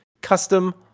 custom